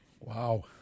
Wow